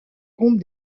compte